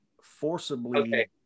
forcibly